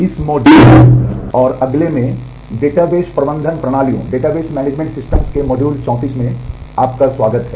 इस मॉड्यूल और अगले में डेटाबेस प्रबंधन प्रणालियों है